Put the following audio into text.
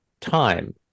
time